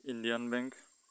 Indian bank